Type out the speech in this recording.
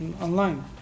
online